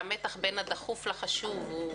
שהמתח בין הדחוף לחשוב הוא